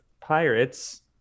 pirates